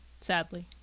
sadly